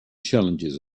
challenges